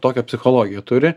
tokią psichologiją turi